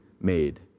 made